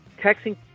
texting